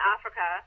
Africa